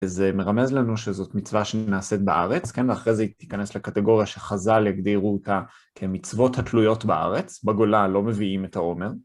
וזה מרמז לנו שזאת מצווה שנעשית בארץ, כן? ואחרי זה היא תיכנס לקטגוריה שחז״ל הגדירו אותה כמצוות התלויות בארץ, בגולה לא מביאים את העומר.